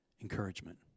encouragement